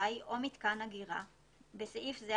פוטו-וולטאי או מיתקן אגירה (בסעיף זה,